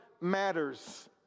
matters